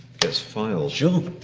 gets filed. sure.